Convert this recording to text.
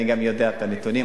אני יודע את הנתונים.